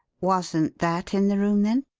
wasn't that in the room, then?